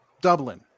Dublin